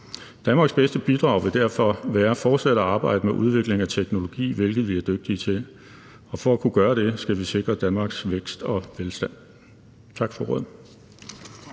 Danmarks bedste bidrag vil derfor være fortsat at arbejde med udvikling af teknologi, hvilket vi er dygtige til, og for at kunne gøre det skal vi sikre Danmarks vækst og velstand. Tak for ordet.